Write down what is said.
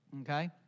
Okay